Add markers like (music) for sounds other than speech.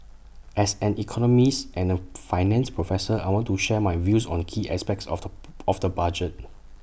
as an economist and A finance professor I want to share my views on key aspects of the (noise) of the budget